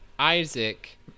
isaac